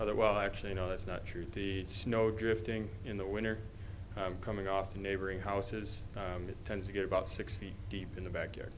other well actually no that's not true the snow drifting in the winter coming off the neighboring houses it tends to get about six feet deep in the backyard